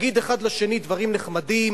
נגיד האחד לשני דברים נחמדים,